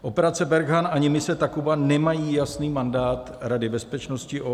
Operace Barkhane ani mise Takuba nemají jasný mandát Rady bezpečnosti OSN.